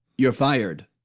you're fired.